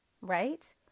Right